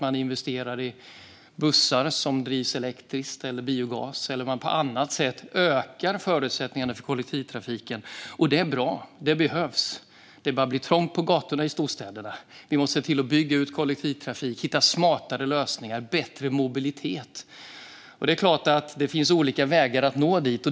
Man investerar i bussar som drivs elektriskt eller med biogas, eller man ökar på annat sätt förutsättningarna för kollektivtrafiken. Och det är bra. Det behövs. Det börjar bli trångt på gatorna i storstäderna. Vi måste se till att bygga ut kollektivtrafik och hitta smartare lösningar och bättre mobilitet. Det är klart att det finns olika vägar dit.